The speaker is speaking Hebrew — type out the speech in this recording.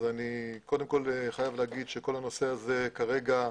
אני חייב לומר שכל הנושא הזה כרגע,